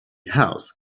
house